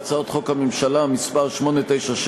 ה"ח הממשלה מס' 897,